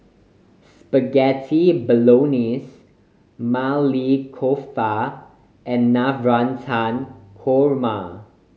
Spaghetti Bolognese Maili Kofta and Navratan Korma